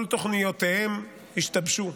הצבאי, כל תוכניותיהם השתבשו.